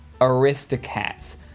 Aristocats